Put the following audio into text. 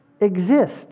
exist